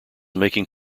making